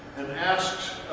and ask